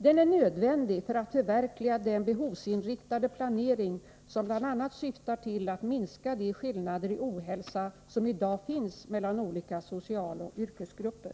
Den är nödvändig för att förverkliga den behovsinriktade planering som bl.a. syftar till att minska de skillnader i ohälsa som i dag finns mellan olika socialoch yrkesgrupper.